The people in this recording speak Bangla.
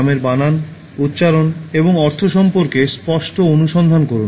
নামের বানান উচ্চারণ এবং অর্থ সম্পর্কে স্পষ্ট অনুসন্ধান করুন